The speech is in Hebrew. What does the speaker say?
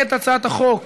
את הצעת החוק